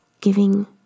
giving